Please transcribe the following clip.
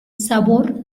sabor